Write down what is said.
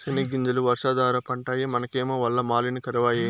సెనగ్గింజలు వర్షాధార పంటాయె మనకేమో వల్ల మాలిన కరవాయె